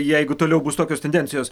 jeigu toliau bus tokios tendencijos